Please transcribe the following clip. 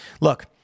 Look